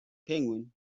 penguin